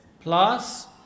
Plus